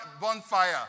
bonfire